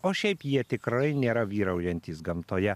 o šiaip jie tikrai nėra vyraujantys gamtoje